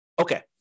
Okay